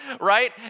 right